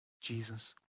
Jesus